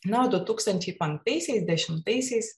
na o du tūkstančiai penktaisiais dešimtaisiais